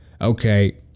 okay